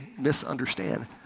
misunderstand